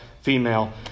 female